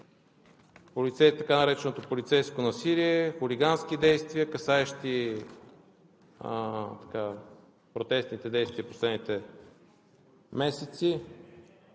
така нареченото полицейско насилие, хулигански действия, касаещи протестните действия в последните месеци,